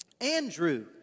Andrew